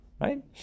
Right